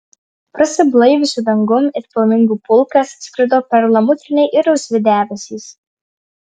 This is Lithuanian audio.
prasiblaiviusiu dangum it flamingų pulkas skrido perlamutriniai ir rausvi debesys